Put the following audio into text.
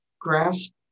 grasp